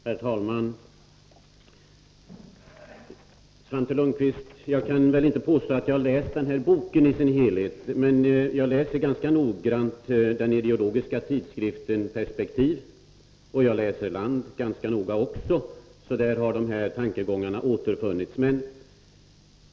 Herr talman! Svante Lundkvist, jag kan inte påstå att jag har läst den här boken i sin helhet, men jag läser ganska noga den ideologiska tidskriften Perspektiv, och jag läser även Land ganska noga. I dessa tidskrifter har dessa tankegångar återfunnits.